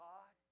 God